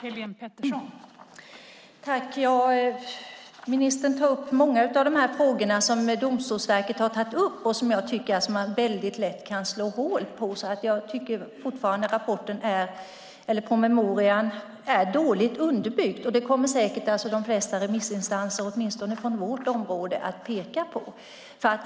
Fru talman! Ministern tar upp många av de frågor som Domstolsverket har tagit upp och som jag tycker att man lätt kan slå hål på. Jag tycker fortfarande att promemorian är dåligt underbyggd. Det kommer säkert de flesta remissinstanser, åtminstone från vårt område, också att peka på.